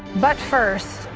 but first,